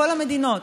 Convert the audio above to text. ובכל המדינות.